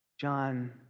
John